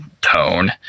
tone